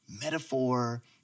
metaphor